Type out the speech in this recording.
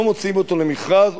לא מוציאים אותו למכרז,